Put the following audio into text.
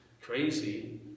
crazy